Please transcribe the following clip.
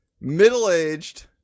middle-aged